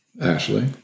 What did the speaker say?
Ashley